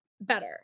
better